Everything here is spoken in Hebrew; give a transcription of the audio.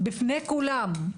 בפני כולם.